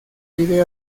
pide